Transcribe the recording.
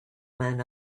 man